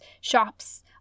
shops